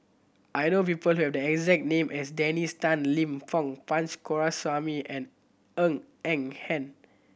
I know people who have the exact name as Dennis Tan Lip Fong Punch Coomaraswamy and Ng Eng Hen